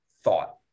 thought